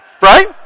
Right